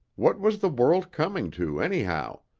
what was the world coming to, anyhow?